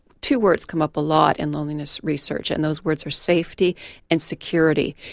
two words come up a lot in loneliness research and those words are safety and security.